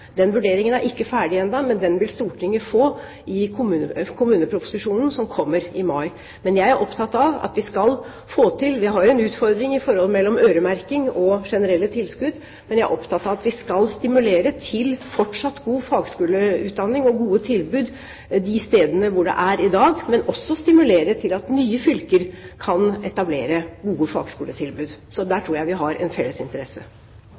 Den vurderingen er ikke ferdig ennå, men den vil Stortinget få i kommuneproposisjonen som kommer i mai. Men jeg er opptatt av – vi har jo en utfordring med forholdet mellom øremerking og generelle tilskudd – at vi skal stimulere til fortsatt god fagskoleutdanning og gode tilbud de stedene hvor det er i dag, og også stimulere til at nye fylker kan etablere gode fagskoletilbud. Så der tror jeg vi har en